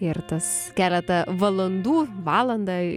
ir tas keletą valandų valandą